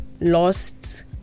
lost